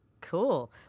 Cool